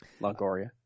Longoria